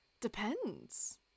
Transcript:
Depends